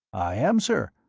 i am, sir.